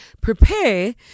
prepare